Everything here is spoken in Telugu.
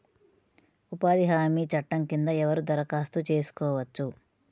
ఉపాధి హామీ చట్టం కింద ఎవరు దరఖాస్తు చేసుకోవచ్చు?